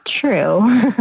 true